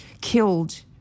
killed